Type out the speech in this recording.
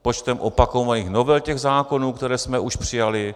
Počtem opakovaných novel těch zákonů, které jsme už přijali?